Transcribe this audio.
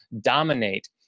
dominate